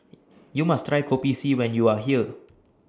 YOU must Try Kopi C when YOU Are here